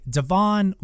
Devon